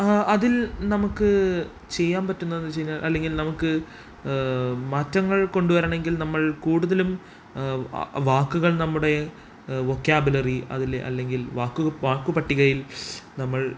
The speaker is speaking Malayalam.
ആ അതിൽ നമുക്ക് ചെയ്യാൻ പറ്റുന്നതെന്നു വെച്ചു കഴിഞ്ഞാൽ അല്ലെങ്കിൽ നമുക്ക് മാറ്റങ്ങൾ കൊണ്ടുവരണമെങ്കിൽ നമ്മൾ കൂടുതലും വാക്കുകൾ നമ്മുടെ വൊക്കാബുലറി അതിൽ അല്ലെങ്കിൽ വാക്കു വാക്കുപട്ടികയിൽ നമ്മൾ